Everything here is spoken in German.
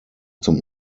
zum